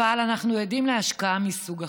אבל אנחנו עדים להשקעה מסוג אחר,